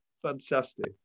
fantastic